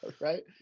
Right